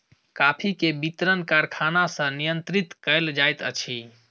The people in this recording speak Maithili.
कॉफ़ी के वितरण कारखाना सॅ नियंत्रित कयल जाइत अछि